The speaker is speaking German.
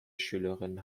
schülerinnen